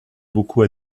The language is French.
beaucoup